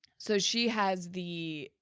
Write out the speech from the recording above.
so she has the,